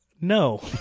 No